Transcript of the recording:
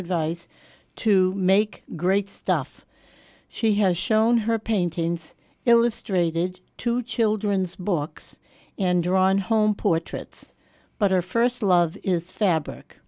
advice to make great stuff she has shown her paintings illustrated two children's books and drawn home portraits but her first love is fabric